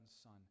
Son